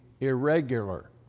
irregular